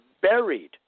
buried